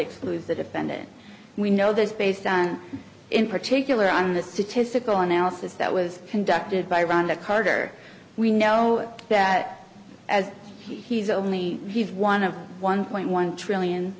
excludes the defendant we know this based on in particular on the statistical analysis that was conducted by rhonda carter we know that as he's only he's one of one point one trillion